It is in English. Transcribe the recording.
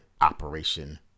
operation